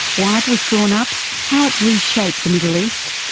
why it was drawn up, how it reshaped the middle east,